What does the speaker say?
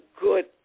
good